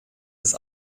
das